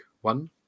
one